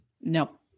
Nope